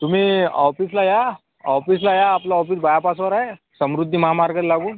तुम्ही ऑफिसला या ऑफिसला या आपलं ऑफिस बायपासवर आहे समृद्धी महामार्गाला लागून